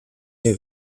der